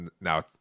now